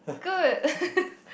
good